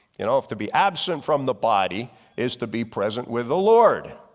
you know if to be absent from the body is to be present with the lord.